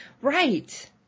right